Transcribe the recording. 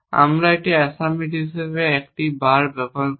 আমরা একটি অ্যাসাইনমেন্ট হিসাবে একটি বার ব্যবহার করব